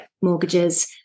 mortgages